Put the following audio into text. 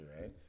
right